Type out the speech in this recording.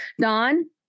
Don